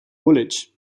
woolwich